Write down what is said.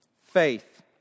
faith